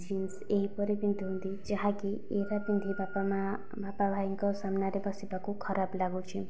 jeans ଏହିପରି ପିନ୍ଧୁଛନ୍ତି ଯାହାକି ଏଇଟା ପିନ୍ଧି ବାପା ମାଁ ବାପା ଭାଇଙ୍କ ସାମ୍ନାରେ ବସିବାକୁ ଖରାପ ଲାଗୁଛି